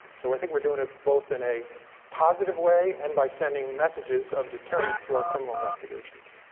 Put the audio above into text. so i think we're doing it both in a positive way and by sending messages of deterrence through our criminal investigations.